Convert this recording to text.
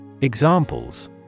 Examples